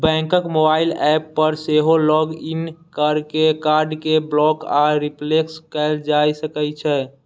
बैंकक mobile app पर सेहो लॉग इन कैर के कार्ड कें ब्लॉक आ रिप्लेस कैल जा सकै छै